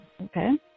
okay